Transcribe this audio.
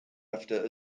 after